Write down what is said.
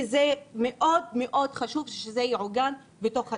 וזה מאוד מאוד חשוב שזה יעוגן בתוך התוכנית.